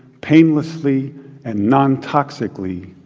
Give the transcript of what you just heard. painlessly and non-toxically,